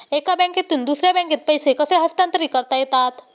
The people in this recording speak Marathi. एका बँकेतून दुसऱ्या बँकेत पैसे कसे हस्तांतरित करता येतात?